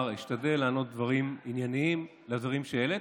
אשתדל לענות דברים ענייניים על דברים שהעלית,